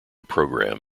program